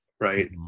Right